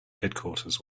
headquarters